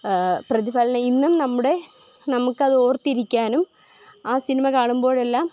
പ്രതിഫലനം ഇന്നും നമ്മുടെ നമുക്കത് ഓർത്തിരിക്കാനും ആ സിനിമ കാണുമ്പോഴെല്ലാം